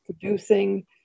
producing